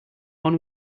one